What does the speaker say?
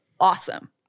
awesome